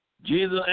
Jesus